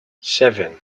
seven